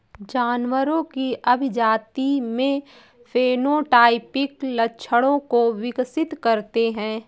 जानवरों की अभिजाती में फेनोटाइपिक लक्षणों को विकसित करते हैं